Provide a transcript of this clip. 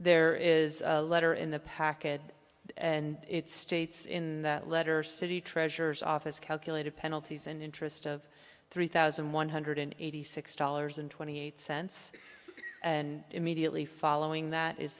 there is a letter in the packet and it states in that letter city treasurer's office calculated penalties and interest of three thousand one hundred eighty six dollars and twenty eight cents and immediately following that is